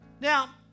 Now